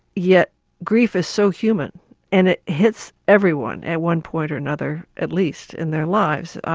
yet grief is so human and it hits everyone at one point or another, at least, in their lives.